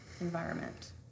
environment